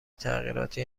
تغییرات